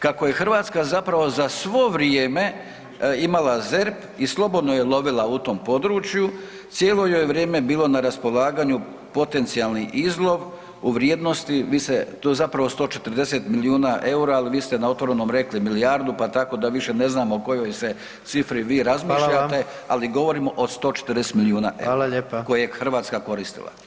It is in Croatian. Kako je Hrvatska zapravo za svo vrijeme imala ZERP i slobodno je lovila u tom području, cijelo joj je vrijeme bilo na raspolaganju potencijalni izlov u vrijednosti, vi ste, do zapravo 140 milijuna EUR-a, al vi ste na „Otvorenom“ rekli milijardu, pa tako da više ne znamo o kojoj se cifri vi razmišljate [[Upadica: Hvala vam]] ali govorimo o 140 milijuna EUR-a koje je Hrvatska koristila.